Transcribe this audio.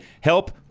help